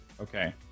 okay